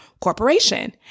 corporation